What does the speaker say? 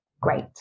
Great